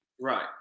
Right